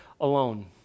alone